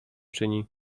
czyni